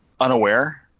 unaware